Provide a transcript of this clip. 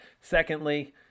Secondly